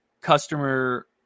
customer